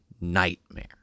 nightmare